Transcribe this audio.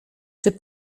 czy